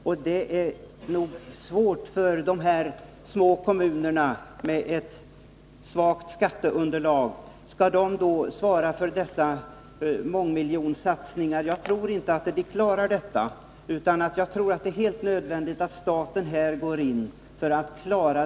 Och det är nog svårt för dessa små kommuner, med svagt skatteunderlag, att svara för dessa mångmiljonsatsningar. Jag tror inte att de klarar det, det är helt nödvändigt att staten går in här.